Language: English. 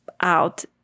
out